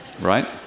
Right